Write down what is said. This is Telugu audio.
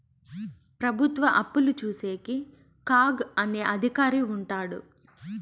ప్రభుత్వ అప్పులు చూసేకి కాగ్ అనే అధికారి ఉంటాడు